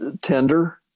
tender